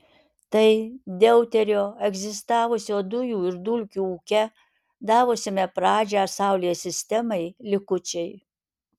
tai deuterio egzistavusio dujų ir dulkių ūke davusiame pradžią saulės sistemai likučiai